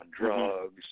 drugs